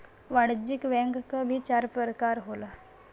वाणिज्यिक बैंक क भी चार परकार होला